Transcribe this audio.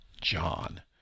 John